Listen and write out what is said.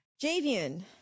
Javian